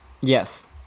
Yes